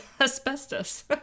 asbestos